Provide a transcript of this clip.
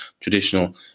traditional